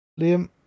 Liam